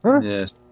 Yes